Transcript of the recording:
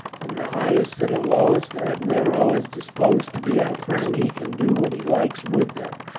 from the highest to the lowest and if nero is disposed to be our friend he can do what he likes with them.